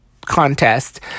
contest